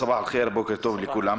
בוקר טוב לכולם.